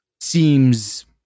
seems